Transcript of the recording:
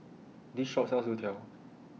This Shop sells Youtiao